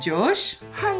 Josh